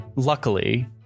Luckily